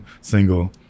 single